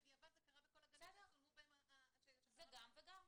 בדיעבד זה קרה בכל הגנים שצולמו בהם --- זה גם וגם.